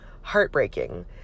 heartbreaking